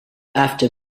after